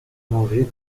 manger